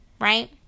Right